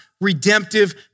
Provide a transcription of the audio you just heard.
redemptive